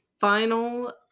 Final